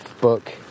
book